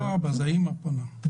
זה לא האבא, זה האימא פונה.